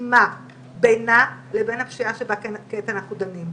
הלימה בינה לבין הפשיעה שבה כעת אנחנו דנים,